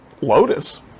Lotus